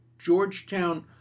Georgetown